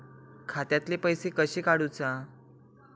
खात्यातले पैसे कशे काडूचा?